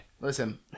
Listen